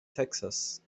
texas